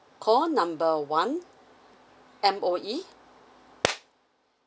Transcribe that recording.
call number one M_O_E